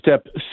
step